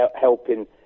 helping